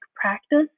practice